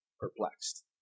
perplexed